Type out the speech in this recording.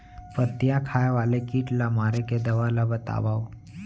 पत्तियां खाए वाले किट ला मारे के दवा ला बतावव?